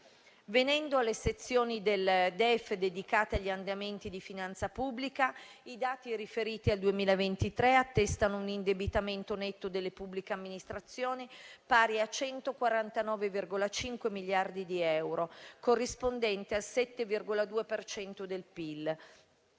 Venendo alle sezioni del DEF dedicate agli andamenti di finanza pubblica, i dati riferiti al 2023 attestano un indebitamento netto delle pubbliche amministrazioni pari a 149,5 miliardi di euro, corrispondenti al 7,2 per